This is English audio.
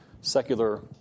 secular